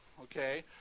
Okay